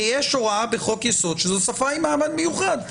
כי יש הוראה בחוק יסוד שזו שפה עם מעמד מיוחד,